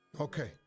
Okay